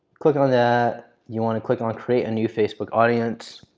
click on that. you want to click on create a new facebook audience.